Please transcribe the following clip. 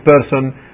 person